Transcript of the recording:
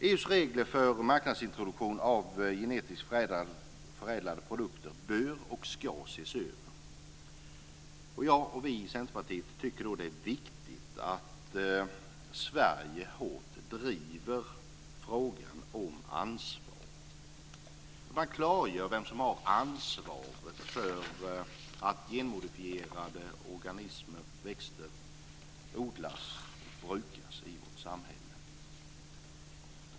EU:s regler för marknadsintroduktion av genetiskt förädlade produkter bör, och ska, ses över. Vi i Centerpartiet tycker att det är viktigt att Sverige hårt driver frågan om ansvar, att man klargör vem som har ansvaret för att genmodifierade organismer, växter, odlas och brukas i vårt samhälle.